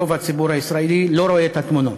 רוב הציבור הישראלי לא רואה את התמונות,